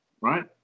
right